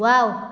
wow